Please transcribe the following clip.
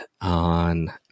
on